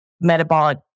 metabolic